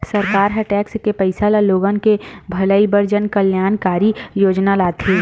सरकार ह टेक्स के पइसा ल लोगन के भलई बर जनकल्यानकारी योजना लाथे